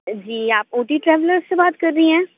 جی آپ O T traveller سے بات کر رہی ہیں